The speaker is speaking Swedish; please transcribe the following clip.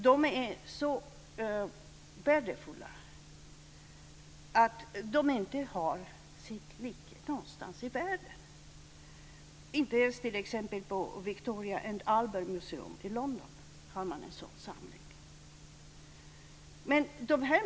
De är så värdefulla att de inte har sin like någonstans i världen. Inte ens på Victoria & Albert Museum i London har man en sådan samling.